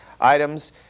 items